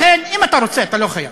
אם אתה רוצה, אתה לא חייב,